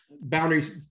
boundaries